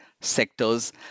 sectors